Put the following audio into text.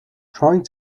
trying